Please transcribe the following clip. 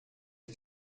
die